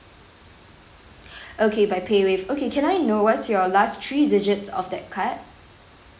okay bye Paywave okay can I know what's your last three digits of that card